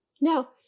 Now